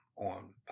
on